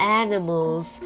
animals